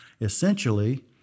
Essentially